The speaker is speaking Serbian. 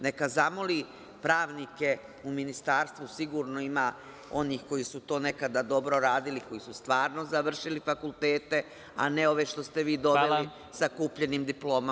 Neka zamoli pravnike u ministarstvu, sigurno ima onih koji su to nekada dobro radili, koji su stvarno završili fakultete, a ne ove što ste vi doveli sa kupljenim diplomama.